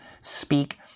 speak